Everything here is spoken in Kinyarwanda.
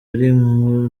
ari